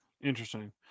interesting